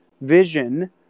Vision